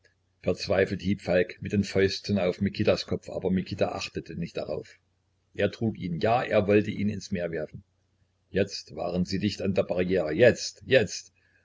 verzweifelt hieb falk mit den fäusten auf mikitas kopf aber mikita achtete nicht darauf er trug ihn ja er wollte ihn ins meer werfen jetzt waren sie dicht an der barriere jetzt jetzt